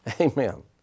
Amen